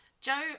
joe